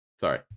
Sorry